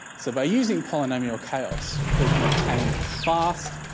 so by using polynomial chaos we can obtain fast,